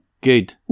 Good